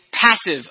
passive